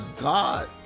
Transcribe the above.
God